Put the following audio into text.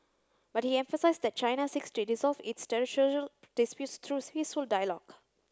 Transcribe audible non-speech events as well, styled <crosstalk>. but he emphasised that China seeks to resolve its <unintelligible> disputes through peaceful dialogue